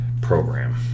program